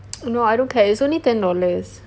no I don't care it's only ten dollars